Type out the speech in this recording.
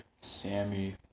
Sammy